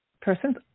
person's